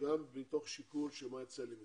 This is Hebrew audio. גם מתוך שיקול של מה יצא לי מזה.